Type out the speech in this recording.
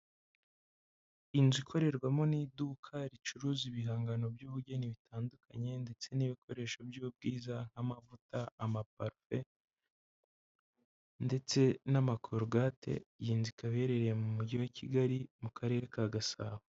Inzu ikorerwamo n'iduka ricuruza ibihangano by'ubugeni bitandukanye ndetse n'ibikoresho by'ubwiza nk'amavuta, amaparufe ndetse n'amakorogate, iyi nzu ikaba iherereye mu Mujyi wa Kigali mu Karere ka Gasabo.